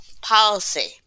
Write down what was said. policy